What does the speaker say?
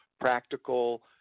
practical